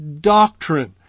doctrine